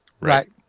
Right